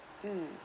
mm